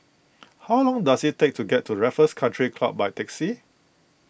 how long does it take to get to Raffles Country Club by taxi